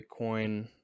Bitcoin